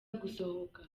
gusohoka